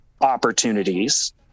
opportunities